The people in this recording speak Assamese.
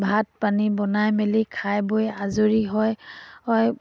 ভাত পানী বনাই মেলি খাই বৈ আজৰি হৈ হৈ